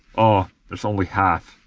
ah there's only half